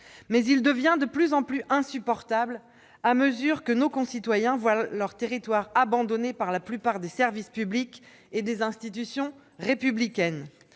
fait devient de plus en plus insupportable à mesure que nos concitoyens voient leur territoire abandonné par la plupart des services publics et des institutions républicaines.